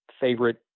favorite